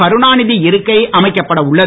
கருணாநிதி இருக்கை அமைக்கப்பட உள்ளது